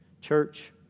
Church